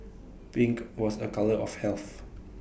pink was A colour of health